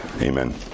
Amen